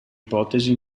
ipotesi